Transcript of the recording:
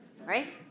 right